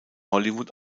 hollywood